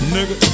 Nigga